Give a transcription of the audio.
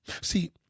See